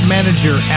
Manager